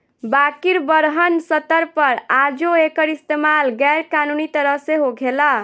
बाकिर बड़हन स्तर पर आजो एकर इस्तमाल गैर कानूनी तरह से होखेला